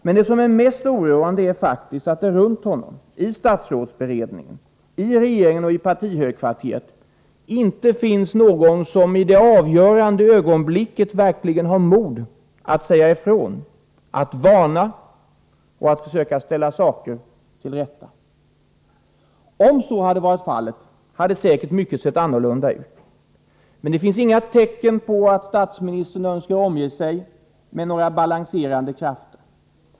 Men det som är mest oroande är faktiskt att det runt honom, i statsrådsberedningen, i regeringen och i partihögkvarteret inte finns någon som i det avgörande ögonblicket verkligen har mod att säga ifrån, att varna och försöka ställa saker till rätta. Om så hade varit fallet, hade säkert mycket sett annorlunda ut. Men det finns inga tecken på att statsministern önskar omge sig med några balanserande krafter.